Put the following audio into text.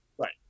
Right